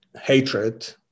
hatred